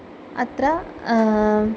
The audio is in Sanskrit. अत्र